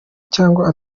cyangwa